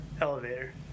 Elevator